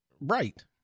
right